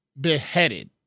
beheaded